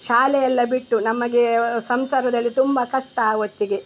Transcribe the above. ಶಾಲೆಯೆಲ್ಲ ಬಿಟ್ಟು ನಮಗೆ ಸಂಸಾರದಲ್ಲಿ ತುಂಬ ಕಷ್ಟ ಆವತ್ತಿಗೆ